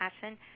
passion